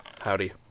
Howdy